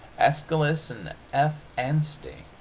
aeschylus and f. anstey!